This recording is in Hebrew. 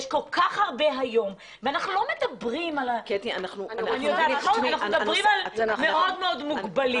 אנחנו מדברים על אנשים שהם מאוד מאוד מוגבלים.